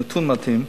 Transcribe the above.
נתון מדהים,